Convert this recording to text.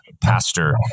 pastor